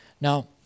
Now